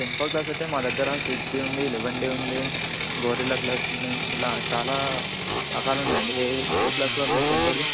temper glass అయితే మా దగ్గర సిక్స్ డీ ఉంది లెవెన్ డీ ఉంది గొరిల్లా గ్లాస్ ఉంది ఇలా చాలా రకాల ఉన్నాయండి ఏ ఏ గ్లాస్ కావాలి మీకు టెంపర్ది